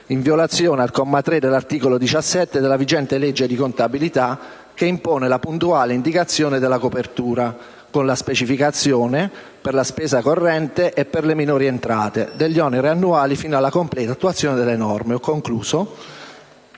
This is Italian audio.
in violazione al comma 3 dell'articolo 17 della vigente legge di contabilità, che impone la puntuale indicazione della copertura, con la specificazione, per la spesa corrente e per le minori entrate, degli oneri annuali fino alla completa attuazione delle norme. Dalla